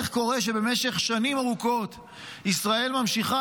איך זה קורה שבמשך שנים ארוכות ישראל ממשיכה